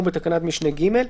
בתקנת משנה (א),